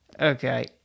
Okay